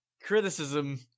criticism